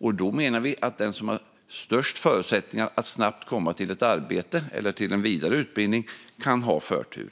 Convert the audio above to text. Vi menar att den som har bäst förutsättningar att snabbt komma in i arbete eller en vidareutbildning kan få förtur.